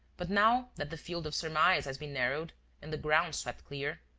but, now that the field of surmise has been narrowed and the ground swept clear.